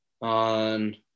on